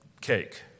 cake